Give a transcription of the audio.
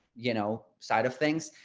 you know, side of things.